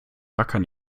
rackern